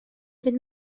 fynd